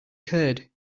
curd